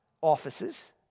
Offices